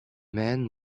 man